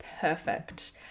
perfect